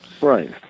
Right